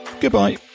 goodbye